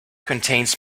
contains